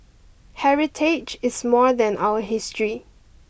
heritage is more than our history